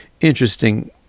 interesting